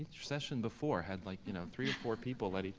session before had like you know three or four people at,